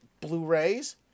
Blu-rays